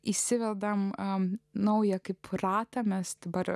įsivedame naują kaip ratą mes dabar